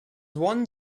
one